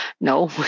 No